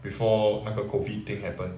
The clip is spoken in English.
before 那个 COVID thing happen